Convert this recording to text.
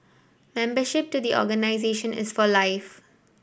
membership to the organisation is for life